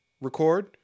record